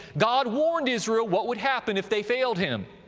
god warned israel what would happen if they failed him.